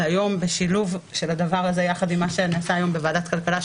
והיום בשילוב של הדבר הזה יחד עם מה שנעשה היום בוועדת הכלכלה,